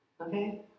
okay